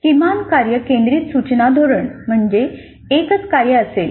किमान कार्य केंद्रीत सूचना धोरण म्हणजे एकच कार्य असेल